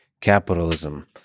capitalism